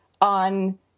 on